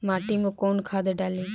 माटी में कोउन खाद डाली?